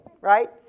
right